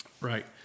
Right